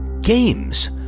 games